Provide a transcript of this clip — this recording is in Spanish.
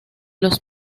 los